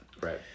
Right